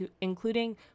including